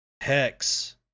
Hex